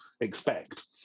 expect